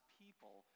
people